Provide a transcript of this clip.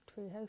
Treehouse